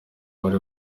bari